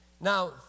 Now